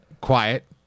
quiet